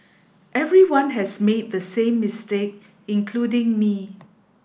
everyone has made the same mistake including me